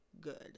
good